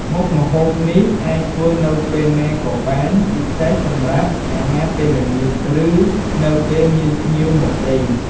មុខម្ហូបនេះអាចធ្វើនៅពេលណាក៏បាន ពិសេសសម្រាប់អាហារពេលល្ងាច ឬនៅពេលមានភ្ញៀវមកលេង។